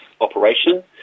operation